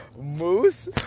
moose